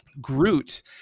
Groot